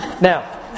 now